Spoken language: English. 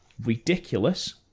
ridiculous